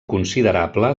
considerable